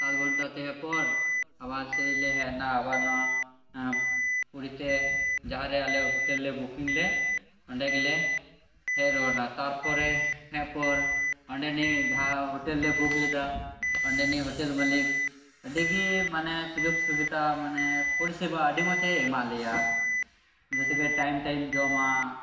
ᱥᱟᱛ ᱜᱷᱚᱱᱴᱟ ᱛᱟᱦᱮᱸ ᱯᱚᱨ ᱟᱵᱟᱨ ᱥᱮᱭ ᱞᱮ ᱦᱮᱜ ᱱᱟ ᱟᱵᱟᱨ ᱱᱚᱣᱟ ᱯᱩᱨᱤᱛᱮ ᱡᱟᱦᱟᱸᱨᱮ ᱟᱞᱮ ᱦᱳᱴᱮᱞ ᱞᱮ ᱵᱩᱠᱤᱝ ᱞᱮᱜ ᱚᱸᱰᱮ ᱜᱮᱞᱮ ᱦᱮᱜ ᱨᱩᱣᱟᱹᱲ ᱱᱟ ᱛᱟᱨᱯᱚᱨᱮ ᱦᱮᱜ ᱯᱚᱨ ᱚᱸᱰᱮᱱᱤᱡ ᱡᱟᱦᱟᱸ ᱦᱳᱴᱮᱞ ᱞᱮ ᱵᱩᱠ ᱞᱮᱫᱟ ᱚᱸᱰᱮᱱᱤᱡ ᱦᱳᱴᱮᱞ ᱢᱟᱞᱤᱠ ᱟᱰᱤᱜᱮ ᱢᱟᱱᱮ ᱥᱩᱡᱳᱜᱽ ᱥᱩᱵᱤᱛᱟ ᱢᱟᱱᱮ ᱯᱚᱨᱤᱥᱮᱵᱟ ᱟᱰᱤ ᱢᱚᱪᱮ ᱮᱢᱟᱜ ᱞᱮᱭᱟ ᱡᱮᱭᱥᱮᱠᱤ ᱴᱟᱭᱤᱢ ᱴᱟᱭᱤᱢ ᱡᱚᱢᱟᱜ